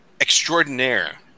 extraordinaire